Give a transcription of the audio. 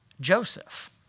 Joseph